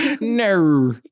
No